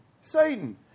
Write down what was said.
Satan